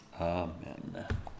Amen